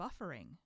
buffering